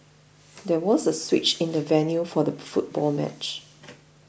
there was a switch in the venue for the football match